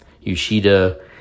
Yoshida